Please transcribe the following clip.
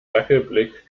dackelblick